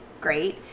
great